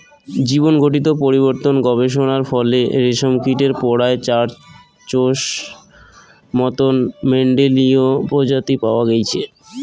জীনঘটিত পরিবর্তন গবেষণার ফলে রেশমকীটের পরায় চারশোর মতন মেন্ডেলীয় প্রজাতি পাওয়া গেইচে